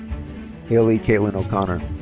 haley catlin o'connor.